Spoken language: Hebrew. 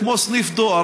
כמו סניף דואר,